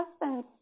husband